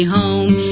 home